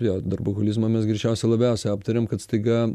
jo darboholizmą mes greičiausia labiausiai aptarėm kad staiga